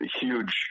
huge